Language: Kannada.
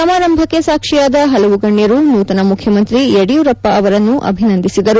ಸಮಾರಂಭಕ್ಷೆ ಸಾಕ್ಷಿಯಾದ ಹಲವು ಗಣ್ಣರು ನೂತನ ಮುಖ್ಯಮಂತ್ರಿ ಯಡಿಯೂರಪ್ಪ ಅವರನ್ನು ಅಭಿನಂದಿಸಿದರು